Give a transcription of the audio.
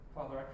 Father